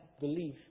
belief